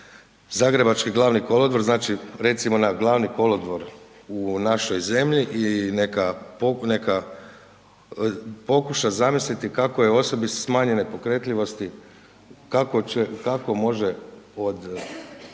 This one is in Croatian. zagrebački Glavni kolodvor, znači recimo na Glavni kolodvor u našoj zemlji i neka pokuša zamisliti kako je osobi smanjene pokretljivosti, kako može